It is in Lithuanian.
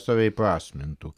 save įprasmintų